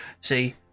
See